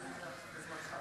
אגב.